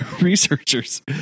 researchers